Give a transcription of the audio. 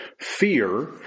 Fear